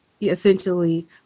essentially